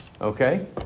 Okay